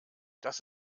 das